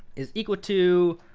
is equal to,